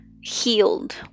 healed